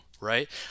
right